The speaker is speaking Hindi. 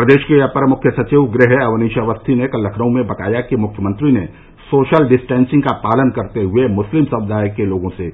प्रदेश के अपर मुख्य सचिव गृह अवनीश अवस्थी ने कल लखनऊ में बताया कि मुख्यमंत्री ने सोशल डिस्टेंसिंग का पालन करते हुए मुस्लिम समुदाय के लोगों से